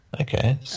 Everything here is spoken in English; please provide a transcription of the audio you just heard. Okay